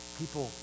people